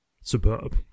superb